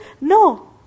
No